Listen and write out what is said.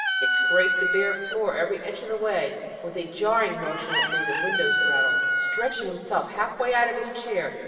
it scraped the bare floor every inch of the way, with a jarring motion that made the windows rattle. stretching himself half-way out of his chair,